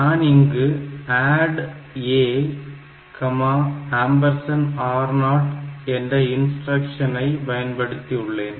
நான் இங்கு add AR0 என்ற இன்ஸ்டிரக்ஷன் ஐ பயன்படுத்தியுள்ளேன்